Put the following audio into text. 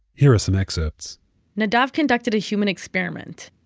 here are some excerpts nadav conducted a human experiment.